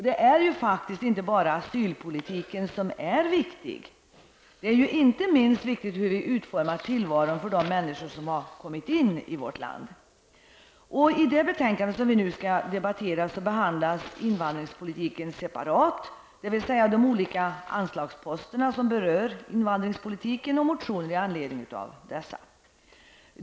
Det är ju inte bara asylpolitiken som är viktig, utan det är inte minst viktigt hur vi utformar tillvaron för dem som kommit in i vårt land. I det betänkande vi nu skall debattera behandlas invandringspolitiken separat, dvs. de olika anslagsposterna som berör invandringspolitiken och motionerna i anledning av dessa.